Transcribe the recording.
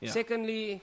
Secondly